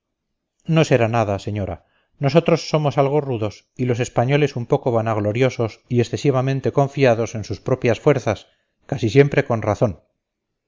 no será nada señora nosotros somos algo rudos y los españoles un poco vanagloriosos y excesivamente confiados en sus propias fuerzas casi siempre con razón